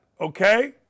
okay